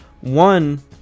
one